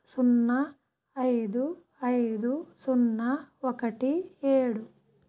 సున్నా ఐదు ఐదు సున్నా ఒకటి ఏడు